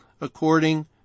according